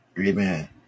Amen